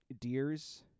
deers